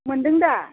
मोनदों दा